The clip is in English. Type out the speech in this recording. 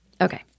Okay